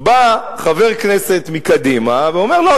בא חבר כנסת מקדימה ואומר: לא,